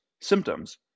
symptoms